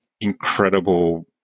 incredible